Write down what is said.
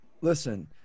listen